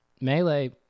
melee